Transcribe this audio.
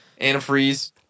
Antifreeze